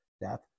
death